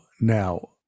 now